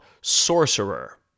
Sorcerer